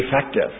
effective